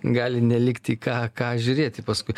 gali nelikti ką ką žiūrėti paskui